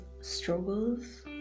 struggles